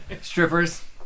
strippers